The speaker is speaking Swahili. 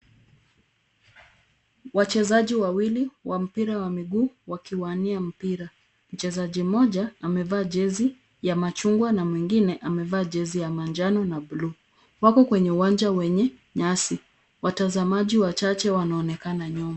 Wachezaji wawili wa mpira wa miguu wakiwania mpira. Mchezaji moja amevaa jezi ya majungwa na mwingine, amevaa jezi ya manjano na bluu. Wako kwenye uwanja wenye nyasi, watazamaji wachache wanaonekana nyuma.